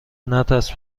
نترس